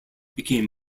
became